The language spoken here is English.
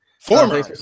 Former